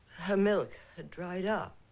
her milk had dried up